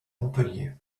montpellier